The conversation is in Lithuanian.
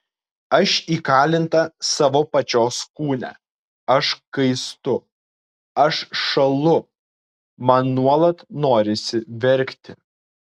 aš įkalinta savo pačios kūne aš kaistu aš šąlu man nuolat norisi verkti